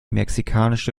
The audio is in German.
mexikanische